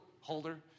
holder